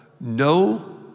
no